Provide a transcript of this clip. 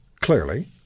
clearly